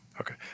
Okay